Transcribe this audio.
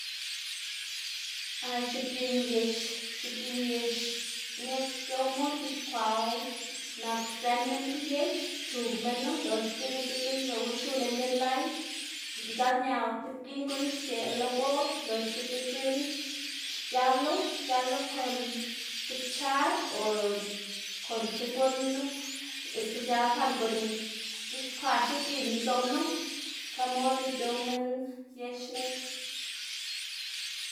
x̱oꞌbgiꞌn yex, x̱oꞌbgiꞌn yex neꞌg c̲h̲owmu c̲h̲ixkwaꞌwu, nak sdzën minn tib yex xchug minnu loxgana dzekna lëꞌxu xiu lën gian lay, ndzaꞌlñawu tib giꞌn guꞌn xgeꞌ lo boꞌ loxga dzekna xchalo xchalo kon ti kwchar o kon ti guꞌn espesial par guꞌn c̲h̲ixkwaꞌ x̱oꞌbgiꞌn izoꞌnu xka mod lo c̲h̲ow minn yex neꞌg.